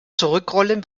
zurückrollen